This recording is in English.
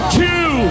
two